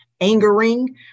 angering